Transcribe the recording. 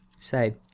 say